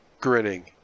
grinning